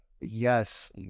yes